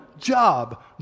job